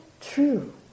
true